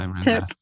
tip